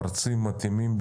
מרצים מתאימים,